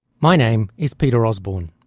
my name is peter osborne.